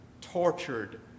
Tortured